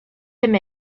him